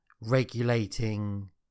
regulating